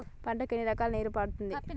పంటలకు ఎన్ని రకాల నీరు వాడుతం?